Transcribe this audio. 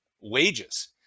wages